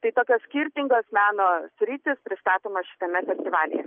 tai tokios skirtingos meno sritys pristatoma šitame festyvalyje